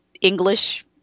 English